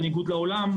בניגוד לעולם,